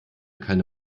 keine